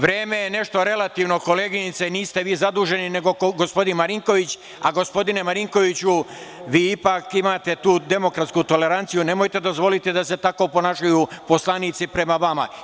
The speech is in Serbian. Vreme je nešto relativno koleginice, niste vi zaduženi, nego gospodin Marinković, a gospodine Marinkoviću, vi ipak imate tu demokratsku toleranciju, nemojte dozvoliti da se tako ponašaju poslanici prema vama.